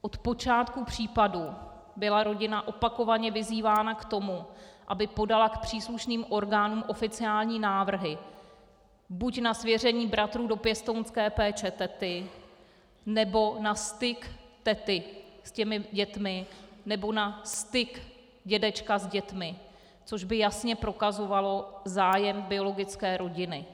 Odpočátku případu byla rodina opakovaně vyzývána k tomu, aby podala k příslušným orgánům oficiální návrhy buď na svěření bratrů do pěstounské péče tety, nebo na styk tety s těmi dětmi, nebo na styk dědečka s dětmi, což by jasně prokazovalo zájem biologické rodiny.